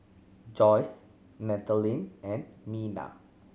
Joyce Nathanael and Minna